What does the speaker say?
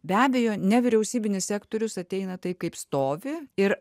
be abejo nevyriausybinis sektorius ateina taip kaip stovi ir